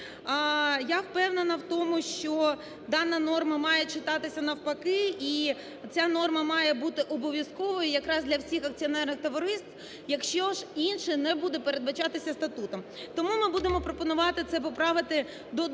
Я впевнена в тому, що дана норма має читатися навпаки, і ця норма має бути обов'язковою якраз для всіх акціонерних товариств, якщо ж інше не буде передбачатися статутом. Тому ми будемо пропонувати це поправити до другого